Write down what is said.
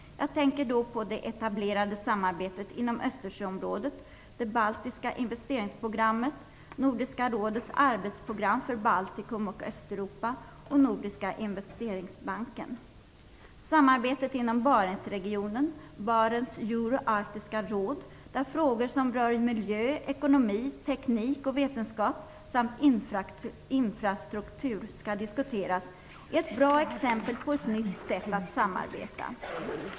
Jag tänker då på det etablerade samarbetet inom Arktiska råd - där frågor som rör miljö, ekonomi, teknik och vetenskap samt infrastruktur skall diskuteras är ett bra exempel på ett nytt sätt att samarbeta.